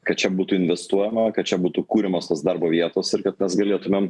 kad čia būtų investuojama kad čia būtų kuriamos tos darbo vietos ir kad mes galėtumėm